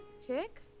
Tick